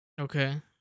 Okay